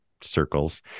circles